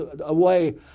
away